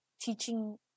teaching